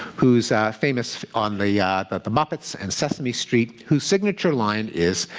who's famous on the ah but the muppets and sesame street, whose signature line is,